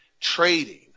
trading